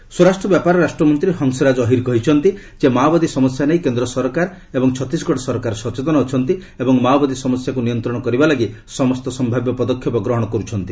ଅହିର ସ୍ୱରାଷ୍ଟ୍ର ବ୍ୟାପାର ରାଷ୍ଟ୍ରମନ୍ତ୍ରୀ ହଂସରାଜ ଅହିର କହିଛନ୍ତି ଯେ ମାଓବାଦୀ ସମସ୍ୟା ନେଇ କେନ୍ଦ୍ର ସ ରକାର ଏବଂ ଛତିଶଗଡ଼ ସରକାର ସଚେତନ ଅଛନ୍ତି ଏବଂ ମାଓବାଦୀ ସମସ୍ୟାକୁ ନିୟନ୍ତ୍ରଣ କରିବା ଲାଗି ସମସ୍ତ ସମ୍ଭାବ୍ୟ ପଦକ୍ଷେପ ଗ୍ରହଣ କରୁଛନ୍ତି